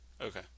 Okay